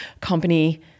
company